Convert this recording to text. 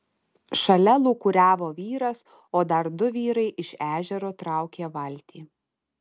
šalia lūkuriavo vyras o dar du vyrai iš ežero traukė valtį